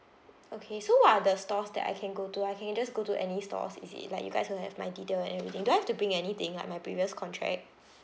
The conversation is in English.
okay so what are the stores that I can go to I can just go to any stores is it like you guys will have my detail and everything do I have to bring anything like my previous contract